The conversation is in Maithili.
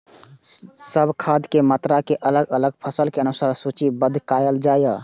सब खाद के मात्रा के अलग अलग फसल के अनुसार सूचीबद्ध कायल जाओ?